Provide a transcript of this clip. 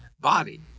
body